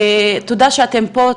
תודה שאתם פה,